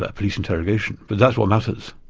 ah police interrogation, but that's what matters.